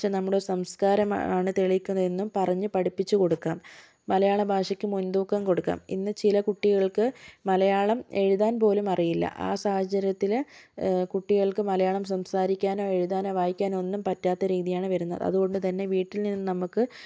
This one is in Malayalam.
ഭാഷ നമ്മുടെ ഒരു സംസ്കാരമാണ് തെളിയിക്കുന്നതെന്നും പറഞ്ഞു പഠിപ്പിച്ചു കൊടുക്കാം മലയാളഭാഷയ്ക്ക് മുന്തൂക്കം കൊടുക്കാം ഇന്ന് ചില കുടികള്ക്ക് മലയാളം എഴുതാന് പോലും അറിയില്ല ആ സാഹചര്യത്തില് കുട്ടികള്ക്ക് മലയാളം സംസാരിക്കാനോ എഴുതാനോ വായിക്കാനോ ഒന്നും പറ്റാത്ത രീതിയാണ് വരുന്നത് അതുകൊണ്ട് തന്നെ വീട്ടില് നിന്നും നമുക്ക്